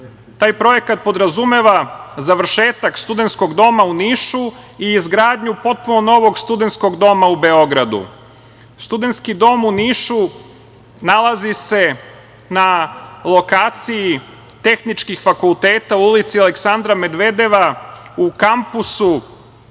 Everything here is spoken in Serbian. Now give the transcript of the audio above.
Taj projekat podrazumeva završetak studentskog doma u Nišu i izgradnja potpuno novog studentskog doma u Beogradu. Studentski dom u Nišu nalazi se na lokaciji tehničkih fakulteta u ulici Aleksandra Medvedeva, u kampusu